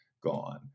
gone